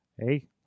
hey